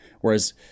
Whereas –